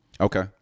Okay